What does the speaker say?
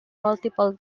multiple